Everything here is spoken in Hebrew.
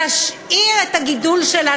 להשאיר את הגידול שלה,